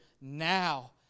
now